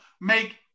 Make